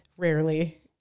Rarely